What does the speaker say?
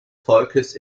volkes